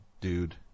dude